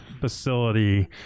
facility